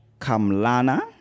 Kamlana